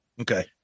Okay